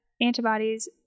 antibodies